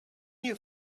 you